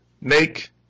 Make